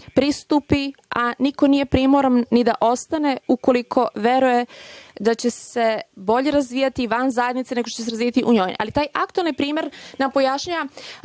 pristupi, a niko nije primoran ni da ostane ukoliko veruje da će se bolje razvijati van zajednice nego što će se razvijati u njoj, ali taj aktuelni primer nam pojašnjava